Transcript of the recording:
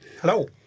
Hello